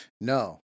No